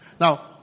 Now